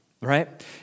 right